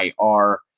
ir